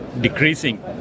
decreasing